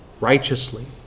Righteously